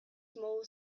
small